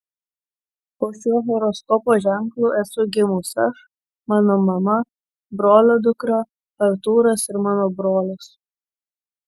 po šiuo horoskopo ženklu esu gimus aš mano mama brolio dukra artūras ir mano brolis